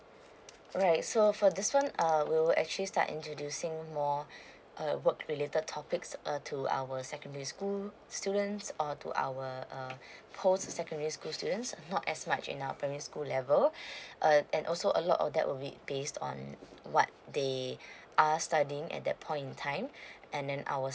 alright so for this one err we will actually start introducing more err work related topics err to our secondary school students or to our uh post secondary school students not as much in our primary school level uh and also a lot of that would be based on what they are studying at that point in time and then our